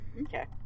Okay